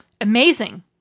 amazing